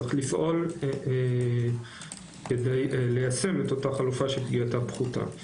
צריך לפעול כדי ליישם את אותה חלופה שפגיעתה פחותה.